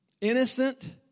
innocent